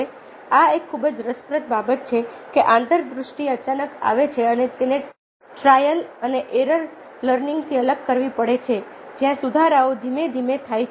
હવે આ એક ખૂબ જ રસપ્રદ બાબત છે કે આંતરદૃષ્ટિ અચાનક આવે છે અને તેને ટ્રાયલ અને એરર લર્નિંગથી અલગ કરવી પડે છે જ્યાં સુધારાઓ ધીમે ધીમે થાય છે